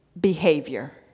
behavior